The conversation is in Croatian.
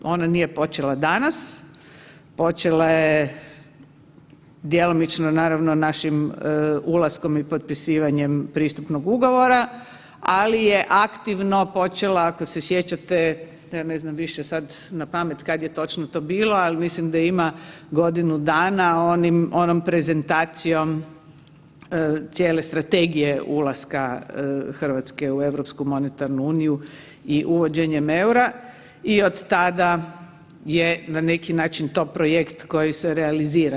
Ona nije počela danas, počela je djelomično naravno našim ulaskom i potpisivanjem pristupnog ugovora, ali je aktivno počela ako se sjećate ja ne znam više sad na pamet kad je točno to bilo ali mislim da ima godinu dana onom prezentacijom cijele strategije ulaska Hrvatske u europsku monetarnu uniju i uvođenjem EUR-a i od tada je na neki način to projekt koji realizira.